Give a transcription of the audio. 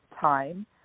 time